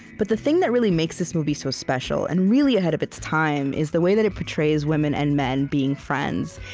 but the thing that really makes this movie so special and really ahead of its time is the way that it portrays women and men being friends.